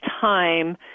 time